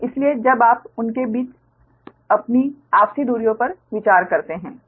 इसलिए जब आप उनके बीच अपनी आपसी दूरियों पर विचार करते हैं